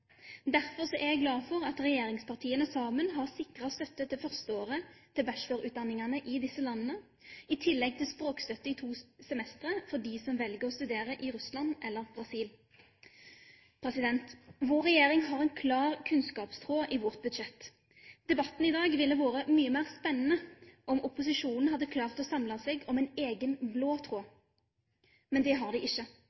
Derfor er jeg glad for at regjeringspartiene sammen har sikret støtte til det første året i bachelorutdanningen i disse landene, i tillegg til språkstøtte i to semestre for dem som velger å studere i Russland eller i Brasil. Vår regjering har en klar kunnskapstråd i sitt budsjett. Debatten i dag ville ha vært mye mer spennende om opposisjonen hadde klart å samle seg om en egen blå tråd,